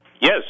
Yes